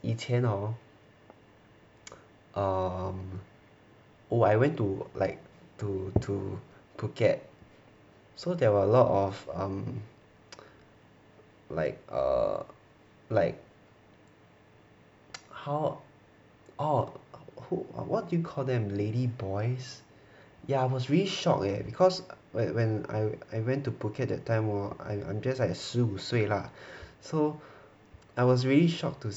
以前 hor um oh I went to like to to phuket so there were a lot of um like err like how orh who what do you call them lady boys ya I was really shock eh because like when I went to phuket that time !wah! I I'm just like 十五岁 lah so I was really shocked to